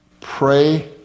pray